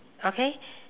okay